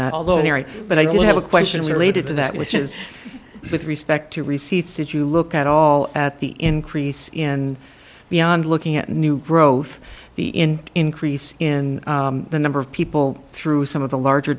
that although mary but i do have a question related to that which is with respect to receipts did you look at all at the increase in beyond looking at new growth the in increase in the number of people through some of the larger